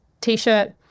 t-shirt